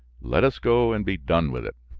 let us go and be done with it.